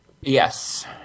Yes